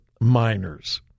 minors